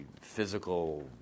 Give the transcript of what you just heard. physical